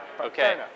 Okay